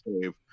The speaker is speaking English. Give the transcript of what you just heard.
save